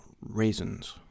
raisins